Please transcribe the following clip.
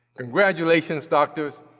congratulations, doctors.